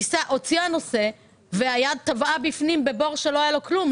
הוציאה נושא והיד טבעה בפנים בבור שלא היה בו כלום.